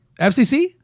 FCC